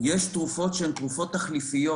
יש תרופות שהן תרופות תחליפיות.